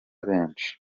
benshi